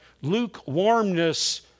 lukewarmness